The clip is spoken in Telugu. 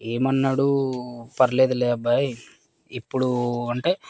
ఏమన్నాడు పర్లేదులే అబ్బాయి ఇప్పుడు అంటే